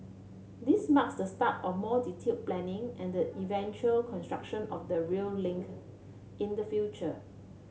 this marks the start of more detail planning and the eventual construction of the rail link in the future